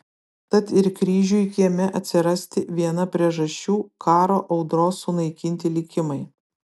tad ir kryžiui kieme atsirasti viena priežasčių karo audros sunaikinti likimai